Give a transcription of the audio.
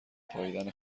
پائیدن